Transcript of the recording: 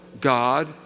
God